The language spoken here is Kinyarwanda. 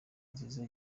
nziza